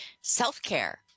self-care